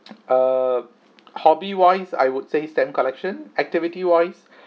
err hobby wise I would say stamp collection activity wise